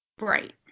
Right